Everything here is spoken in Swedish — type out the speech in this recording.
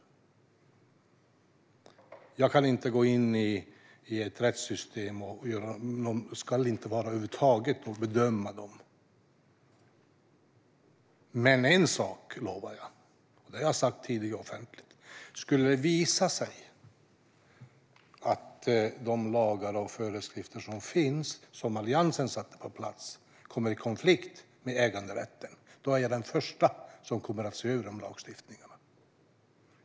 Jag kan inte gå in i rättssystemet och ska över huvud taget inte bedöma det här. Men en sak lovar jag, och det har jag sagt offentligt tidigare: Om det skulle visa sig att de lagar och föreskrifter som finns och som Alliansen satte på plats kommer i konflikt med äganderätten är jag den första att se över den lagstiftningen.